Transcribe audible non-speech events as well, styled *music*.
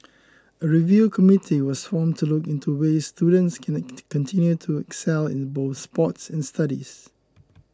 a review committee was formed to look into ways students can *unintelligible* continue to excel in both sports and studies